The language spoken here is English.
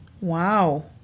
Wow